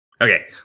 Okay